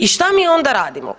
I šta mi onda radimo?